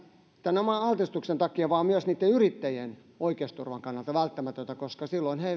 tämän oman altistuksen takia vaan myös niitten yrittäjien oikeusturvan kannalta välttämätöntä koska silloin